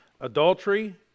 Adultery